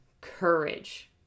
Courage